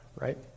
Right